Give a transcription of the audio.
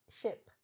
ship